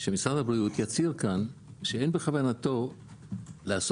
שמשרד הבריאות יצהיר כאן שאין בכוונתו לעשות